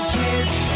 kids